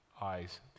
eyes